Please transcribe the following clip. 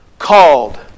called